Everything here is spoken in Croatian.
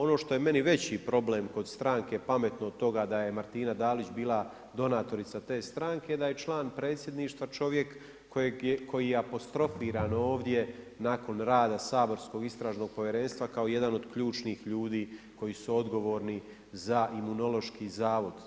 Ono što je meni veći problem kod stranke Pametno od toga da je Martina Dalić bila donatorica te stranke, da je član predsjedništva čovjek koji je apostrofiran ovdje nakon rada saborskog istražnog povjerenstva kao jedan od ključnih ljudi koji su odgovorni za Imunološki zavod.